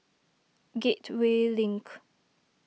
Gateway Link